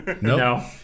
No